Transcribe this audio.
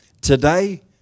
today